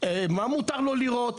מה מותר לו לירות,